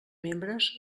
membres